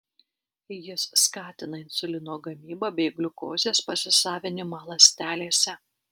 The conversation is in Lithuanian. jis skatina insulino gamybą bei gliukozės pasisavinimą ląstelėse